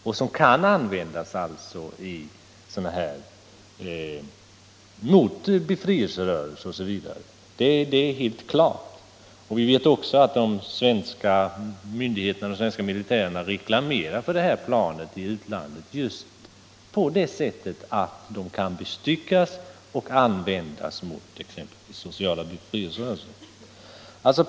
De kan alltså användas mot befrielserörelser osv. — det är helt klart: Vi vet också att de svenska militärerna gör reklam för planet i utlandet just med att framhålla att de kan bestyckas och användas mot exempelvis nationella befrielserörelser.